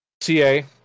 CA